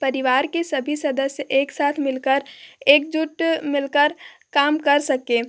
परिवार के सभी सदस्य एकसाथ मिलकर एकजुट मिलकर काम कर सकें